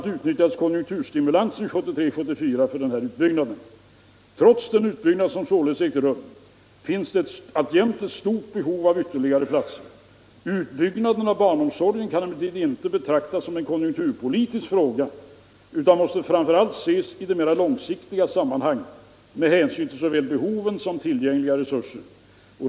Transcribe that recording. a. utnyttjades konjunkturstimulansen 1973-74 för att påskynda denna utbyggnad. Trots den utbyggnad som således ägt rum finns det alltjämt ett stort behov av ytterligare platser. Utbyggnaden av barnomsorgen kan emellertid inte betraktas som en konjunkturpolitisk fråga utan måste framför allt ses i ett mera långsiktigt sammanhang, med hänsyn till såväl behoven som tillgängliga resurser.